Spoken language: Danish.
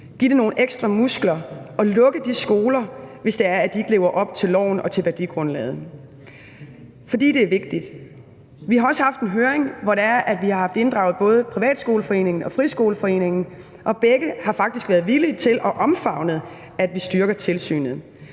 give dem nogle ekstra muskler og lukke de skoler, hvis det er, at de ikke lever op til loven og til værdigrundlaget, fordi det er vigtigt. Vi har også haft en høring, hvor vi har haft inddraget både Privatskoleforeningen og Friskoleforeningen, og begge har faktisk været villige til og omfavnet, at vi styrker tilsynet.